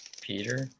Peter